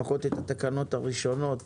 לפחות את התקנות הראשונות